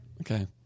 Okay